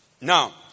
Now